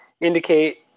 indicate